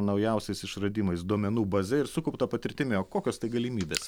naujausiais išradimais duomenų baze ir sukaupta patirtimi o kokios tai galimybės